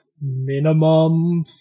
minimum